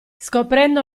scoprendo